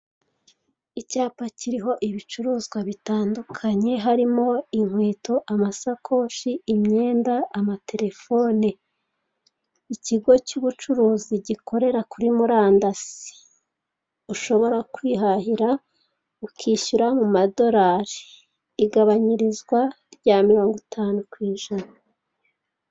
Icyapa kiriho ibicuruzwa bitandukanye harimo; inkweto, amasakoshi, imyenda amaterefone. Ikigo cy'ubucuruzi gikorera kuri murandasi ushobora kwihahira ukishyura mu madorari. Igabanyirizwa rya mirongo itanu ku ijana.